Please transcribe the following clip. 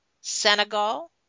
Senegal